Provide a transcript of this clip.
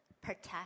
protect